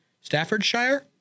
Staffordshire